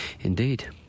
indeed